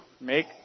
make